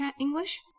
English